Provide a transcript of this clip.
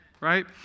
Right